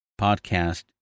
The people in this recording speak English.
podcast